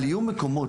אבל יהיו מקומות,